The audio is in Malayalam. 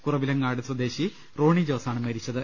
കുറവിലങ്ങാട് സ്വദേശി റോണി ജോസാണ് മരിച്ചത്